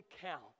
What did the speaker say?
count